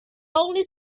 only